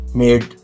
made